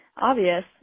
obvious